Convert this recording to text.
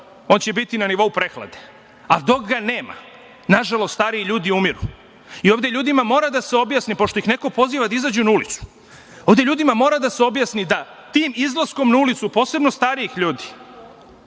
on će biti na nivou prehlade, ali dok ga nema nažalost stariji ljudi umiru. Ovde ljudima mora da se objasni, pošto ih neko poziva da izađu na ulicu, ovde ljudima mora da se objasni da tim izlaskom na ulicu, posebno stariji ljudi